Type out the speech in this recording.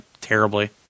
terribly